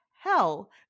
hell